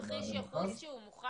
ההנשמה וכדי לתת מענה במעבדות ובכלל,